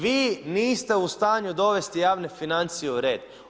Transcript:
Vi niste u stanju dovesti javne financije u red.